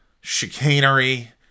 chicanery